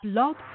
Blog